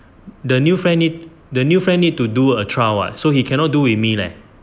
the new friend the new friend need to do a trial [what] so he cannot do with me leh